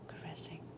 caressing